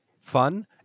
fun